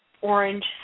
orange